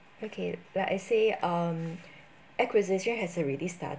okay like I say um acquisition has already started